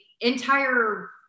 entire